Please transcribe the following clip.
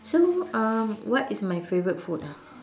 so um what is my favourite food ah